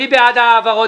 מי בעד העברות?